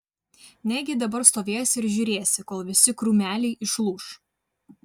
negi dabar stovėsi ir žiūrėsi kol visi krūmeliai išlūš